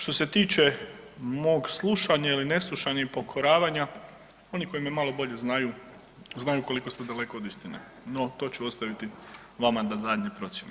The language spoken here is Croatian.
Što se tiče mog slušanja ili ne slušanja i pokoravanja, oni koji me malo bolje znaju, znaju koliko ste daleko od istine, no to ću ostaviti vama na daljnje procjene.